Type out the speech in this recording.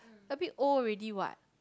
a bit old already what